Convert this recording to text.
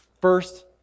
first